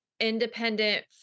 Independent